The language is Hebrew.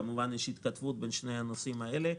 יש כמובן התכתבות בין שני הנושאים האלה,